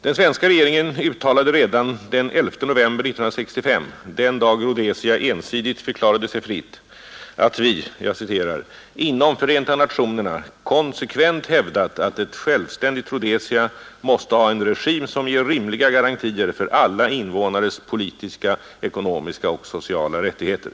Den svenska regeringen uttalade redan den 11 november 1965, den dag Rhodesia ensidigt förklarade sig fritt, att vi ”inom Förenta Nationerna konsekvent hävdat att ett självständigt Rhodesia måste ha en regim som ger rimliga garantier för alla invånares politiska, ekonomiska och sociala rättigheter”.